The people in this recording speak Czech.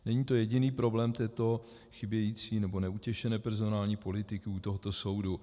Není to jediný problém této chybějící, nebo neutěšené personální politiky u tohoto soudu.